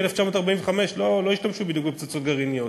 מ-1945 לא בדיוק השתמשו בפצצות גרעיניות.